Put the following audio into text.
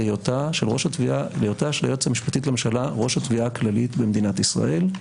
להיותה של היועצת המשפטית לממשלה ראש התביעה הכללית במדינת ישראל.